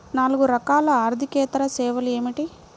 నాలుగు రకాల ఆర్థికేతర సేవలు ఏమిటీ?